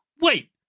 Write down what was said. wait